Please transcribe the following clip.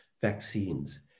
vaccines